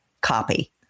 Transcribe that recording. copy